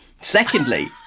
Secondly